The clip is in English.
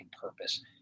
purpose